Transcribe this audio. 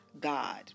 God